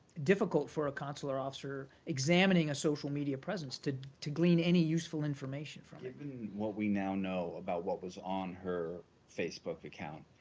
difficult for a consular officer examining a social media presence to to glean any useful information from it. question given what we now know about what was on her facebook account,